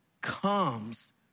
comes